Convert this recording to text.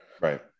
Right